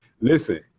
listen